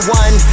one